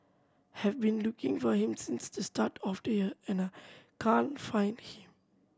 have been looking for him since the start of the year and I can't find him